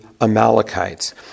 Amalekites